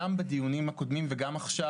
גם בדיונים הקודמים וגם עכשיו,